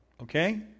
okay